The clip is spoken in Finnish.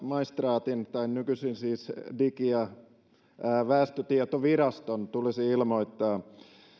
maistraatin tai nykyisin siis digi ja väestötietoviraston tulisi ilmoittaa